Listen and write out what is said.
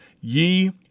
Ye